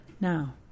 Now